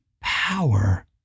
power